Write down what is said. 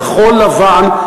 כחול-לבן,